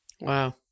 Wow